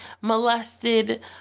Molested